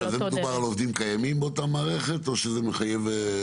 שזה מדובר על עובדים קיימים באותה מערכת או שזה מחייב?